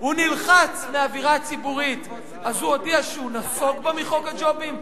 הוא נלחץ מהאווירה הציבורית אז הוא הודיע שהוא נסוג מחוק הג'ובים.